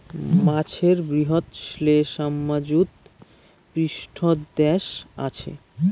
মাছের বৃহৎ শ্লেষ্মাযুত পৃষ্ঠদ্যাশ আচে